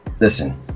Listen